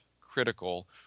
critical